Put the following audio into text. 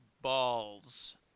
balls